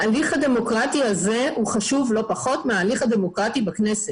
ההליך הדמוקרטי הזה הוא חשוב לא פחות מההליך הדמוקרטי בכנסת.